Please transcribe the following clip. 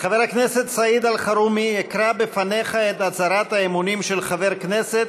לפניך את הצהרת האמונים של חבר הכנסת,